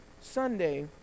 Sunday